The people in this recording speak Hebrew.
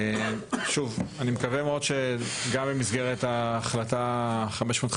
אני מקווה מאוד שגם במסגרת החלטת 550